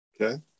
Okay